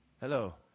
Hello